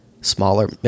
smaller